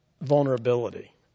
vulnerability